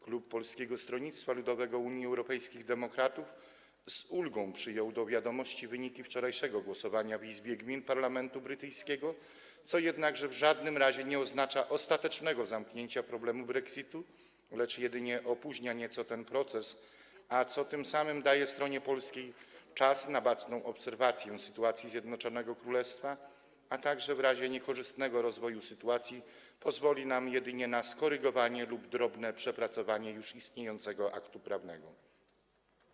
Klub Polskiego Stronnictwa Ludowego - Unii Europejskich Demokratów z ulgą przyjął do wiadomości wyniki wczorajszego głosowania w Izbie Gmin parlamentu brytyjskiego, co jednakże w żadnym razie nie oznacza ostatecznego rozwiązania problemu brexitu, lecz jedynie nieco opóźnia ten proces, co tym samym daje stronie polskiej czas na baczną obserwację sytuacji Zjednoczonego Królestwa, a także pozwoli nam w razie niekorzystnego rozwoju sytuacji jedynie skorygować lub nieco przepracować już istniejący akt prawny.